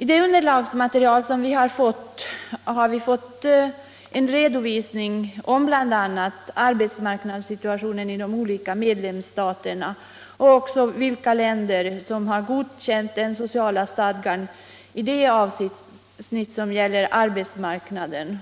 I det underlagsmaterial som vi har fått lämnas en redovisning för bl.a. arbetsmarknadssituationen i de olika medlemsstaterna och också för vilka länder som har godkänt sociala stadgan i det avsnitt som gäller arbetsmarknaden.